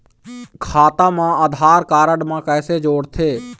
खाता मा आधार कारड मा कैसे जोड़थे?